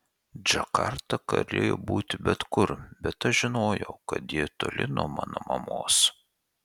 džakarta galėjo būti bet kur bet aš žinojau kad ji toli nuo mano mamos